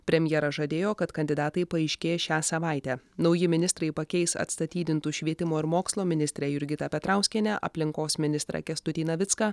premjeras žadėjo kad kandidatai paaiškės šią savaitę nauji ministrai pakeis atstatydintų švietimo ir mokslo ministrę jurgitą petrauskienę aplinkos ministrą kęstutį navicką